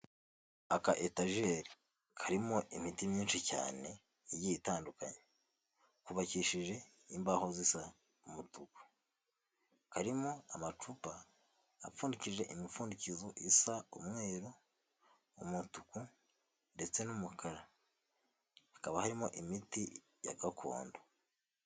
Aka etajeri karimo imiti myinshi cyane igiye itandukanye kubakishije imbaho zisa umutuku, karimo amacupa apfundikishije imipfundikizo isa umweru, umutuku ndetse n'umukara hakaba harimo imiti ya gakondo.